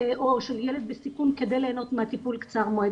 על רקע גיל ההתגברות ועל רקע הקורונה.